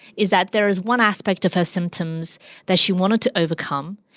is that there is one aspect of her symptoms that she wanted to overcome,